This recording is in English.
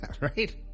Right